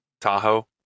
Tahoe